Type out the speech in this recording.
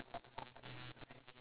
what's your original answer